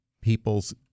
people's